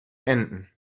enten